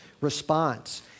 response